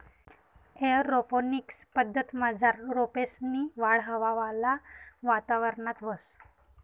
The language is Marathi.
एअरोपोनिक्स पद्धतमझार रोपेसनी वाढ हवावाला वातावरणात व्हस